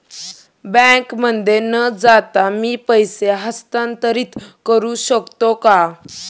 बँकेमध्ये न जाता मी पैसे हस्तांतरित करू शकतो का?